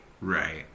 Right